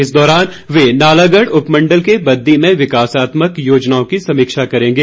इस दौरान वे नालागढ़ उप मंडल के बददी में विकासात्मक योजनाओं की समीक्षा करेंगे